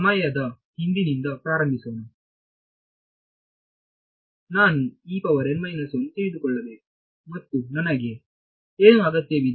ಸಮಯದ ಹಿಂದಿನಿಂದ ಪ್ರಾರಂಭಿಸೋಣ ನಾನು ತಿಳಿದುಕೊಳ್ಳಬೇಕು ಮತ್ತು ನನಗೆ ಏನು ಅಗತ್ಯವಿದೆ